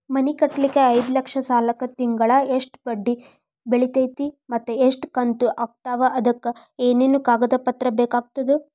ಮನಿ ಕಟ್ಟಲಿಕ್ಕೆ ಐದ ಲಕ್ಷ ಸಾಲಕ್ಕ ತಿಂಗಳಾ ಎಷ್ಟ ಬಡ್ಡಿ ಬಿಳ್ತೈತಿ ಮತ್ತ ಎಷ್ಟ ಕಂತು ಆಗ್ತಾವ್ ಅದಕ ಏನೇನು ಕಾಗದ ಪತ್ರ ಬೇಕಾಗ್ತವು?